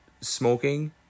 smoking